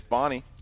Bonnie